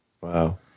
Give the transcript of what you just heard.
Wow